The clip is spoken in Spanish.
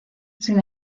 sin